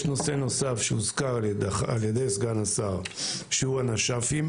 יש נושא נוסף שהוזכר על ידי סגן השר, הנש"פ.